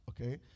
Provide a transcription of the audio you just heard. okay